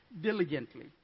diligently